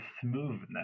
smoothness